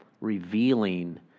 revealing